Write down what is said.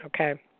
okay